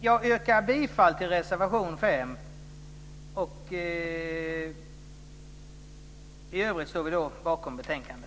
Jag yrkar bifall till reservation 5, och i övrigt står vi bakom betänkandet.